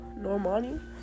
Normani